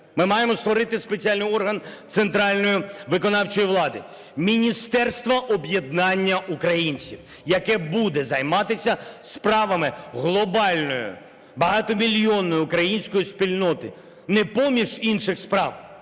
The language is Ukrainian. Ми маємо створити спеціальний орган центральної виконавчої влади – Міністерство об'єднання українців, яке буде займатися справами глобальної, багатомільйонної української спільноти, не поміж інших справ,